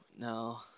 No